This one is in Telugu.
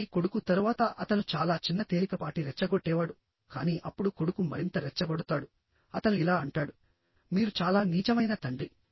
ఆపై కొడుకు తరువాత అతను చాలా చిన్న తేలికపాటి రెచ్చగొట్టేవాడు కాని అప్పుడు కొడుకు మరింత రెచ్చగొడతాడు అతను ఇలా అంటాడు మీరు చాలా నీచమైన తండ్రి